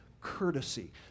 courtesy